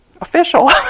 official